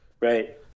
Right